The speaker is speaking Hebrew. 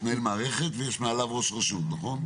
יש מנהל מערכת ויש מעליו ראש רשות, נכון?